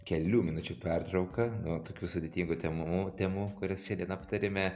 kelių minučių pertrauką nuo tokių sudėtingų temų temų kurias šiandien aptarėme